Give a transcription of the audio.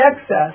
excess